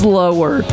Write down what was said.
lower